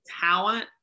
talent